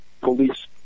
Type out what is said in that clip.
police